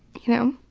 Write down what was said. you know?